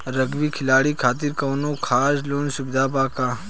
Rugby खिलाड़ी खातिर कौनो खास लोन सुविधा बा का?